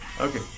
Okay